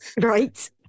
Right